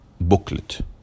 booklet